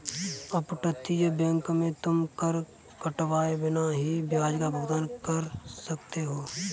अपतटीय बैंक में तुम कर कटवाए बिना ही ब्याज का भुगतान कर सकते हो